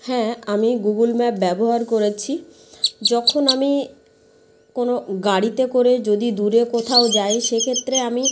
হ্যাঁ আমি Google map ব্যবহার করেছি যখন আমি কোনো গাড়িতে করে যদি দূরে কোথাও যাই সেক্ষেত্রে আমি